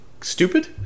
stupid